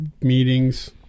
meetings